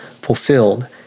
fulfilled